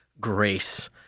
grace